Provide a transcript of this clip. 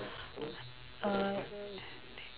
uh